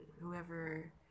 whoever